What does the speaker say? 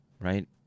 right